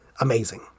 amazing